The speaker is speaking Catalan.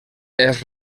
els